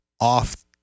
off